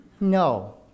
No